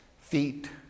feet